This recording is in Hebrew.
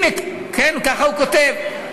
כן, כך הוא כותב.